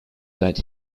that